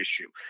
issue